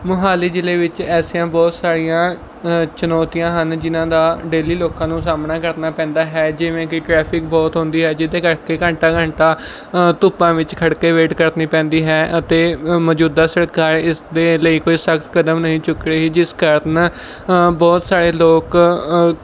ਮੋਹਾਲੀ ਜ਼ਿਲ੍ਹੇ ਵਿੱਚ ਐਸੀਆਂ ਬਹੁਤ ਸਾਰੀਆਂ ਚੁਣੌਤੀਆਂ ਹਨ ਜਿਨ੍ਹਾਂ ਦਾ ਡੇਲੀ ਲੋਕਾਂ ਨੂੰ ਸਾਹਮਣਾ ਕਰਨਾ ਪੈਂਦਾ ਹੈ ਜਿਵੇਂ ਕਿ ਟ੍ਰੈਫਿਕ ਬਹੁਤ ਹੁੰਦੀ ਹੈ ਜਿਹਦੇ ਕਰਕੇ ਘੰਟਾ ਘੰਟਾ ਧੁੱਪਾਂ ਵਿੱਚ ਖੜਕੇ ਵੇਟ ਕਰਨੀ ਪੈਂਦੀ ਹੈ ਅਤੇ ਮੌਜੂਦਾ ਸਰਕਾਰ ਇਸਦੇ ਲਈ ਕੋਈ ਸਖਤ ਕਦਮ ਨਹੀਂ ਚੁੱਕ ਰਹੀ ਜਿਸ ਕਾਰਨ ਬਹੁਤ ਸਾਰੇ ਲੋਕ